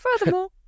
Furthermore